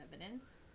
evidence